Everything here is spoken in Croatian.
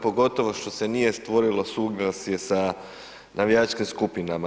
Pogotovo što se nije stvorilo suglasje sa navijačkim skupinama.